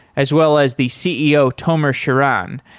as well as the ceo tomer shiran.